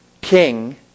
King